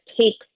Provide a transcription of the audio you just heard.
takes